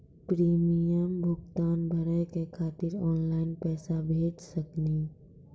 Premium भुगतान भरे के खातिर ऑनलाइन पैसा भेज सकनी?